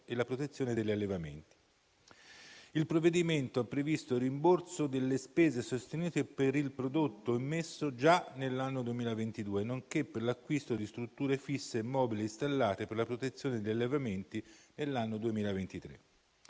e la protezione degli allevamenti. Il provvedimento ha previsto il rimborso delle spese sostenute per il prodotto immesso già nell'anno 2022, nonché per l'acquisto di strutture fisse e mobili istallate per la protezione degli allevamenti nell'anno 2023.